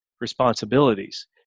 responsibilities